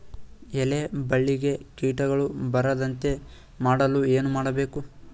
ಎಲೆ ಬಳ್ಳಿಗೆ ಕೀಟಗಳು ಬರದಂತೆ ಮಾಡಲು ಏನು ಮಾಡಬೇಕು?